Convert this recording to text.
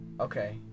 Okay